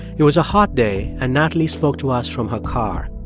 it was a hot day, and natalie spoke to us from her car.